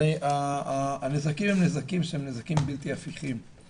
הנזקים הם נזקים בלתי הפיכים,